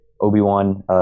Obi-Wan